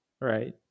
right